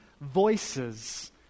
voices